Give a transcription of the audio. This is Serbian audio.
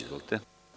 Izvolite.